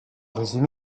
résumé